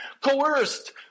coerced